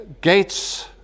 gates